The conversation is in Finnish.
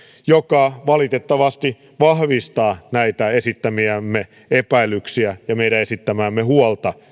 joka valitettavasti vahvistaa näitä esittämiämme epäilyksiä ja meidän esittämäämme huolta